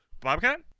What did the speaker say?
Bobcat